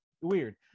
weird